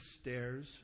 stairs